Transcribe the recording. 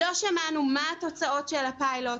לא שמענו מה התוצאות של הפיילוט,